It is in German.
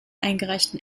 eingereichten